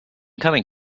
coming